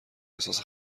احساس